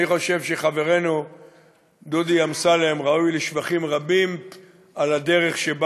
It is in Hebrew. אני חושב שחברנו דודי אמסלם ראוי לשבחים רבים על הדרך שבה